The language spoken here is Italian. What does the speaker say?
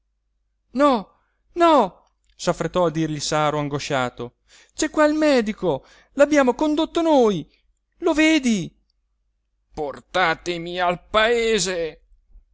muojo no no s'affrettò a dirgli saro angosciato c'è qua il medico l'abbiamo condotto noi lo vedi portatemi al paese